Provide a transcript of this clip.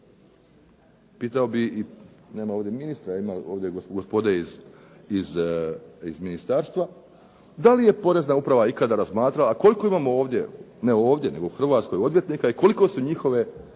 Pitao bi, nema ovdje ministra, ima ovdje gospode iz ministarstva, da li je porezna uprava ikada razmatrala koliko imamo ovdje, ne ovdje nego u Hrvatskoj odvjetnika i koliko su njihove